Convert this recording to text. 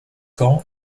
caen